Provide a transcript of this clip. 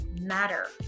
matter